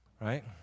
right